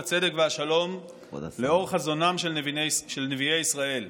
הצדק והשלום לאור חזונם של נביאי ישראל".